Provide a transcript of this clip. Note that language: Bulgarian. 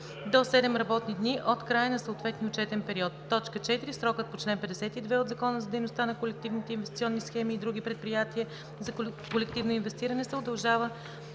до 7 работни дни от края на съответния отчетен период; 4. срокът по чл. 52 от Закона за дейността на колективните инвестиционни схеми и други предприятия за колективно инвестиране се удължава